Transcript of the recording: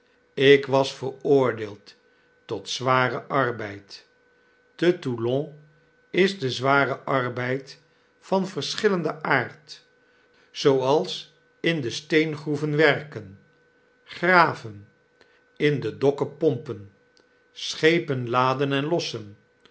ik was veroordeeld tot zwaren arbeid t e toulon is de z ware arbeid van verschillenden aard zooals in de steengroeven werken graven in de dokken pompen schepen laden en lossen